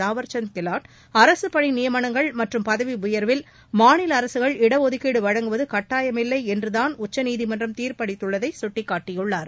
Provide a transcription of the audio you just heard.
தாவர்சந்த் கெல்வாட் அரசுப்பணி நியமனங்கள் மற்றும் பதவி உயர்வில் மாநில அரசுகள் இட ஒதுக்கீடு வழங்குவது கட்டாயமில்லை என்றுதான் உச்சநீதிமன்றம் தீர்ப்பளித்துள்ளதை கட்டிக்காட்டினார்